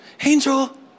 angel